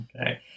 Okay